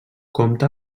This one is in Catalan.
compta